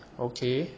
okay